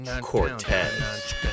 Cortez